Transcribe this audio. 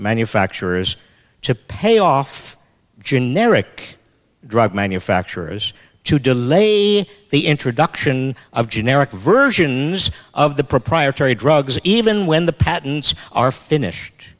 manufacturers to pay off generic drug manufacturers to delay the introduction of generic versions of the proprietary drugs even when the patents are finished